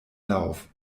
lauf